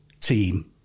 team